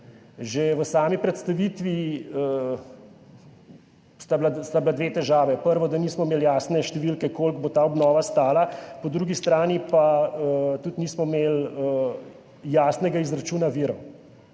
Že v sami predstavitvi sta bili dve težavi, prvo, da nismo imeli jasne številke, koliko bo ta obnova stala, po drugi strani pa tudi nismo imeli jasnega izračuna virov.